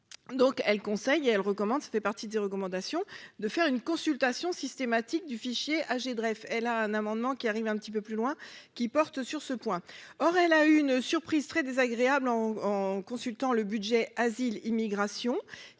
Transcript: donc elle conseille elle recommande, ça fait partie des recommandations de faire une consultation systématique du Fichier âgé de rêve, elle a un amendement qui arrive un petit peu plus loin qui porte sur ce point aurait là une surprise très désagréable en consultant le budget asile immigration